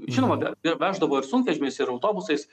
žinoma veždavo ir sunkvežimiais ir autobusais